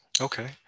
okay